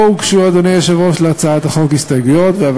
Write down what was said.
לא הוגשו להצעת החוק הסתייגויות, אדוני היושב-ראש.